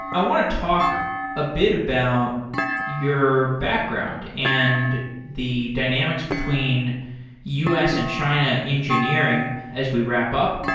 i want to talk a bit about your background and the dynamics between u s. and china engineering as we wrap up.